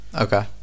Okay